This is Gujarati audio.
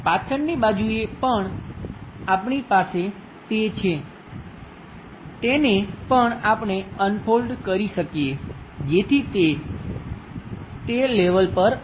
પાછળની બાજુએ પણ આપણી પાસે તે છે તેને પણ આપણે અનફોલ્ડ કરી શકીએ જેથી તે લેવલ પર આવે